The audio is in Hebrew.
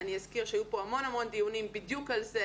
אני אזכיר שהיו פה המון דיונים בדיוק עלז ה.